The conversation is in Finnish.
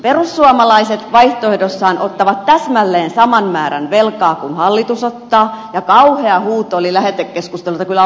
perussuomalaiset vaihtoehdossaan ottavat täsmälleen saman määrän velkaa kuin hallitus ottaa ja kauhea huuto oli lähetekeskustelussa että on kyllä vastuutonta ottaa velkaa